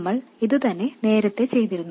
നമ്മൾ ഇതുതന്നെ നേരത്തെ ചെയ്തതിരുന്നു